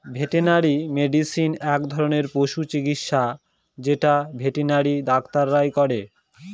veterinary medicine এক ধরনের পশু চিকিৎসা যেটা ভেটেনারি ডাক্তাররা করে